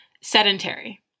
sedentary